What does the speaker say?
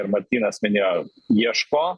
ir martynas minėjo ieško